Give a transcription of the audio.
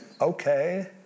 okay